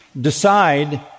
decide